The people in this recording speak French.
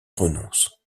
renonce